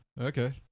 Okay